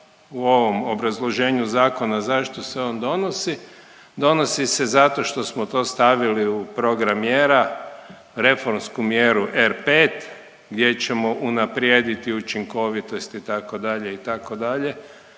u ovom obrazloženju zakona, zašto se on donosi, donosi se zato što smo to stavili u program mjera, reformsku mjeru R5, gdje ćemo unaprijediti učinkovitost, itd., itd., na